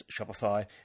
Shopify